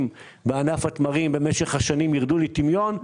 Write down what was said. בענף התמרים במשך השנים ירדו לטמיון.